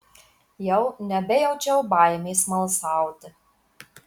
jau nebejaučiau baimės smalsauti